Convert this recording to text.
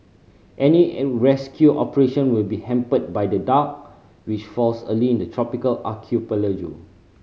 any rescue operation will be hampered by the dark which falls early in the tropical archipelago